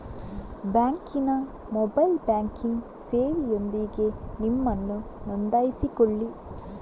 ಬ್ಯಾಂಕಿನ mobile banking ಸೇವೆಯೊಂದಿಗೆ ನಿಮ್ಮನ್ನು ನೋಂದಾಯಿಸಿಕೊಳ್ಳಿ